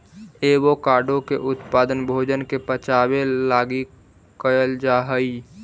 avocado के उपयोग भोजन के पचाबे लागी कयल जा हई